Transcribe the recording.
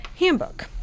handbook